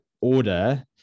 order